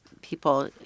people